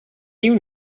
you